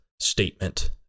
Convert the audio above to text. statement